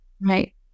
Right